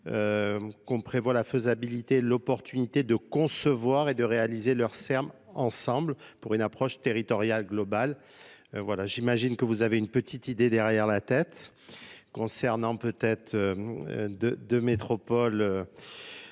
qu'on prévoit la faisabilité et l'opportunité de concevoir et de réaliser leurs serm ensemble pour une approche territoriale globale. Voilà, j'imagine que vous avez une petite idée derrière la tête concernant peut être deux, deux métropoles,